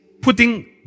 putting